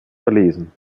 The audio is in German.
verlesen